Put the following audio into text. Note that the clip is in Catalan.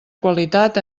qualitat